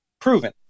proven